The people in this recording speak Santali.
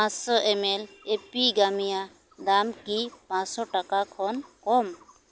ᱯᱟᱸᱥᱥᱚ ᱮᱢᱮᱞ ᱮᱯᱤᱜᱟᱢᱤᱭᱟ ᱫᱟᱢ ᱠᱤ ᱯᱟᱸᱥᱥᱚ ᱴᱟᱠᱟ ᱠᱷᱚᱱ ᱠᱚᱢ